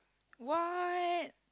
what